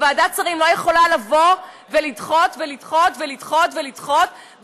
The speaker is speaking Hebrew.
וועדת שרים לא יכולה לדחות ולדחות ולדחות ולדחות,